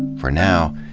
for now,